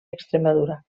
extremadura